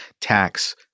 tax